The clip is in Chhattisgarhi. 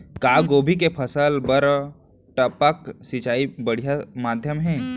का गोभी के फसल बर टपक सिंचाई बढ़िया माधयम हे?